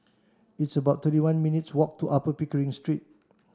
it's about thirty one minutes' walk to Upper Pickering Street